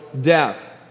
death